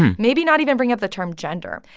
maybe not even bring up the term gender.